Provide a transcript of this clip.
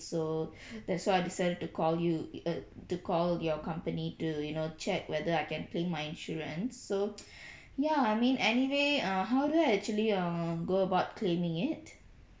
so that's why I decided to call you it uh to call your company to you know check whether I can claim my insurance so ya I mean anyway uh how do I actually err go about claiming it